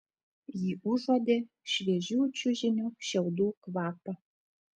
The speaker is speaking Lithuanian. ji užuodė šviežių čiužinio šiaudų kvapą